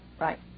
right